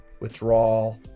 withdrawal